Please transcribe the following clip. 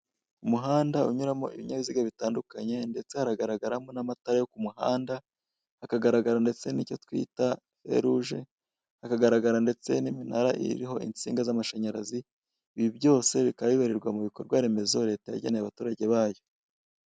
Mu isangano ry'imihanda, hari ipikipiki iriho umumotari, mu gihe hirya hari abanyamaguru bari kugenda. Hakurya y'umuhanda wo hirya, hari ibiti biriho insinga z'amashanyarazi.